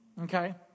okay